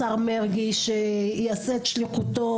השר מרגי שיעשה את שליחותו,